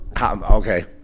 okay